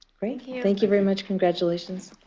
great. thank you very much. congratulations.